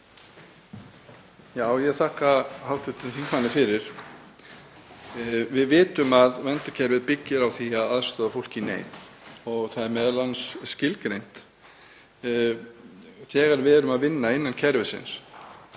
Ég þakka hv. þingmanni fyrir. Við vitum að verndarkerfið byggir á því að aðstoða fólk í neyð og það er m.a. skilgreint, þegar við erum að vinna innan kerfisins,